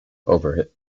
over